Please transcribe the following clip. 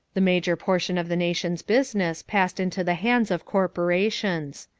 the major portion of the nation's business passed into the hands of corporations.